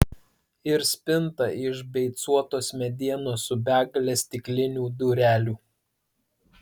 ir spinta iš beicuotos medienos su begale stiklinių durelių